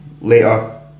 later